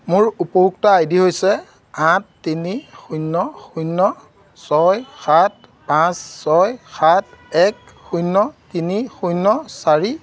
মোৰ উপভোক্তা আইডি হৈছে আঠ তিনি শূন্য শূন্য ছয় সাত ছয় পাঁচ সাত এক শূন্য তিনি শূন্য চাৰি